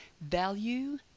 Value